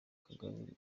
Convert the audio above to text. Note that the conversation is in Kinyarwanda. kagari